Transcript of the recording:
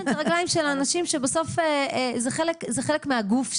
כן, אלה רגליים של האנשים וזה חלק מהגוף שלהם.